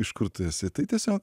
iš kur tu esi tai tiesiog